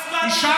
אז למה הצבעת בעד?